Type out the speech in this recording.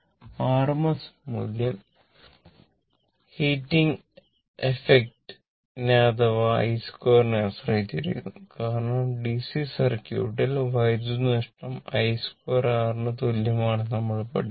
RMS മൂല്യം heating effect നെ അഥവാ i2 നെ ആശ്രയിച്ചിരിക്കുന്നു കാരണം ഡിസി സർക്യൂട്ടിൽ വൈദ്യുതി നഷ്ടം i 2 r ന് തുല്യമാണെന്ന് നമ്മൾ പഠിച്ചു